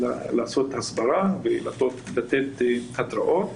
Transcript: אלא לעשות הסברה ולתת התראות.